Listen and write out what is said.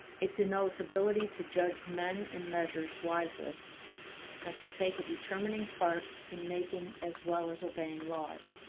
it denotes ability to judge men and measures wisely and to take a determining part in making as well as obeying laws.